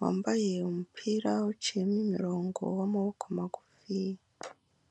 wambaye umupira uciyemo imirongo w'amaboko magufi.